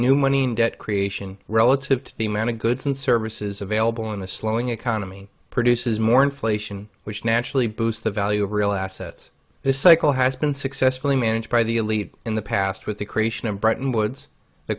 new money in debt creation relative to the amount of goods and services available in the slowing economy produces more inflation which naturally boosts the value of real assets this cycle has been successfully managed by the elite in the past with the creation of bretton woods the